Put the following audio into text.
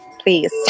please